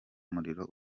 muriro